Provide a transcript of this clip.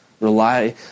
Rely